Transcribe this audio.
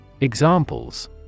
Examples